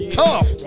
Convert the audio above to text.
tough